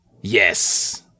Yes